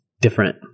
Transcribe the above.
different